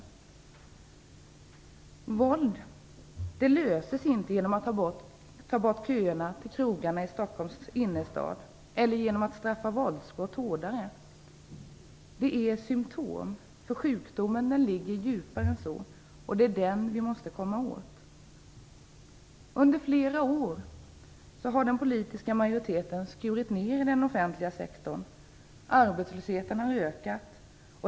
Problemet med våldet löser man inte genom att ta bort köerna till krogarna i Stockholms innerstad eller genom att straffa våldsbrott hårdare. Våldet är ett symtom. Sjukdomen ligger djupare, och det är den som vi måste komma åt. Under flera år har den politiska majoriteten skurit ner i den offentliga sektorn. Arbetslösheten har ökat.